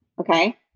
okay